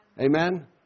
Amen